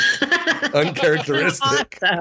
uncharacteristic